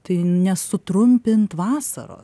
tai nesutrumpint vasaros